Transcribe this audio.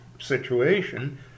situation